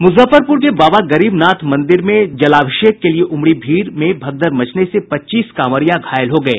मुजफ्फरपुर के बाबा गरीब नाथ मंदिर में जलाभिषेक के लिए उमड़ी भीड़ में भगदड़ मचने से पच्चीस कांवरिया घायल हो गये